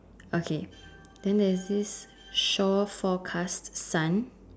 okay then there's this shore forecast sun